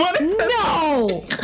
No